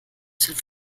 sind